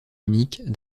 unique